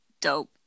dope